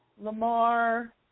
Lamar